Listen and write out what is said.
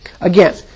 Again